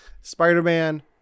Spider-Man